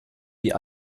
die